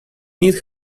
need